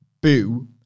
boo